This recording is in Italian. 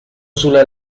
sulle